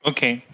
Okay